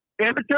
amateur